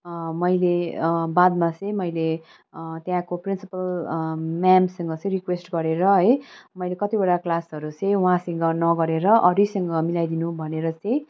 मैले बादमा चाहिँ मैले त्यहाँको प्रिन्सिपल म्यामसँग चाहिँ रिक्वेस्ट गरेर है मैले कतिवटा क्लासहरू चाहिँ उहाँसँग नगरेर अरूसँग मिलाइदिनु भनेर चाहिँ